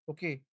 Okay